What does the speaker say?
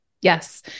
Yes